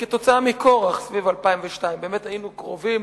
כתוצאה מכורח סביב 2002. באמת, היינו קרובים